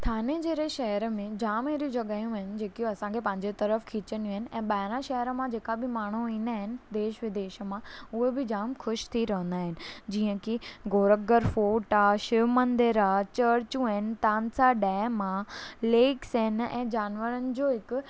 ठाणे जंहिड़े शइर में जामु अहिड़ियूं जॻहियूं आहिनि जेकियूं असांखे पंहिंजे तरफ़ु खीचंदियूं आहिनि ऐं ॿाहिरां शहर मां जेका बि माण्हू ईंदा आहिनि देश विदेश मां उहे बि जामु ख़ुशि थी रहंदा आहिनि जीअं की गोरखगढ़ फोर्ट आहे शिव मंदरु आहे चर्चूं आहिनि तानसा डैम आहे लेकस आहिनि ऐं जानवरनि जो हिकु